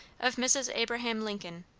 of mrs. abraham lincoln,